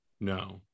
No